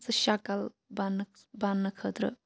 زِ شکٕل بنہٕ بِننہٕ خٲطرٕ